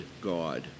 God